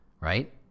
right